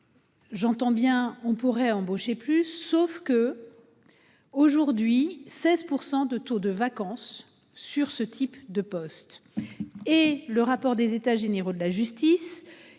J'entends bien, on pourrait embaucher plus, sauf que. Aujourd'hui, 16% de taux de vacance sur ce type de poste. Et le rapport des états généraux de la justice